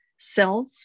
self